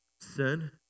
Sin